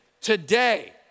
Today